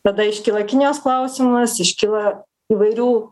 tada iškyla kinijos klausimas iškyla įvairių